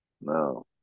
No